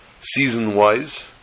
season-wise